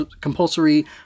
compulsory